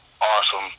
awesome